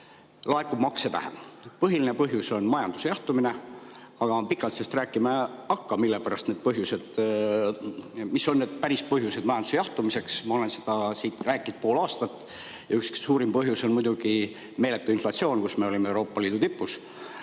laekub makse vähem. Põhiline põhjus on majanduse jahtumine, aga ma pikalt sellest rääkima ei hakka, mis on need päris põhjused majanduse jahtumiseks. Ma olen seda siit rääkinud pool aastat. Ja üks suurim põhjus on muidugi meeletu inflatsioon, millega me olime Euroopa Liidu tipus,